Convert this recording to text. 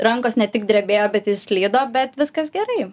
rankos ne tik drebėjo bet ir slydo bet viskas gerai